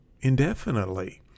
indefinitely